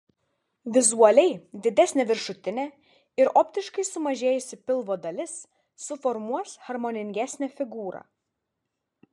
vizualiai didesnė viršutinė ir optiškai sumažėjusi pilvo dalis suformuos harmoningesnę figūrą